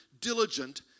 diligent